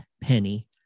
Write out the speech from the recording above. penny